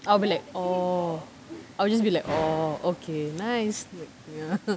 I would like orh I will just be like orh okay nice like ya